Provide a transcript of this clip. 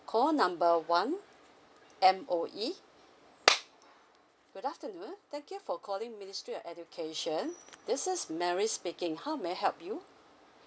call number one M_O_E good afternoon thank you for calling ministry of education this is mary speaking how may I help you